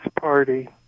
party